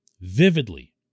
vividly